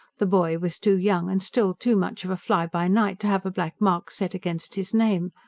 the boy was too young and still too much of a fly-by-night to have a black mark set against his name.